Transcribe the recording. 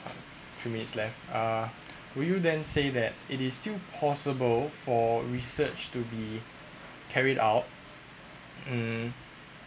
two minutes left uh would you then say that it is still possible for research to be carried out hmm